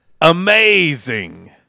amazing